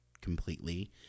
completely